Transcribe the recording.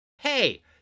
Hey